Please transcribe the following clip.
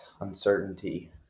Uncertainty